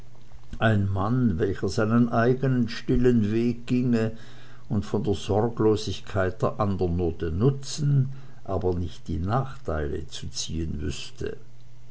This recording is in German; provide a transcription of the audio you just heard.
ein mann welcher seinen eigenen stillen weg ginge und von der sorglosigkeit der andern nur den nutzen aber nicht die nachteile zu ziehen wüßte